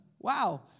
Wow